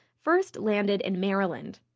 first landed in maryland.